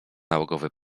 nałogowy